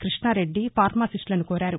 కృష్ణారెడ్డి ఫార్మాసిస్టులను కోరారు